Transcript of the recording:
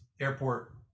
airport